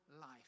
life